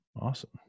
Awesome